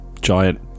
giant